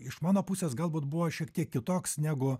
iš mano pusės galbūt buvo šiek tiek kitoks negu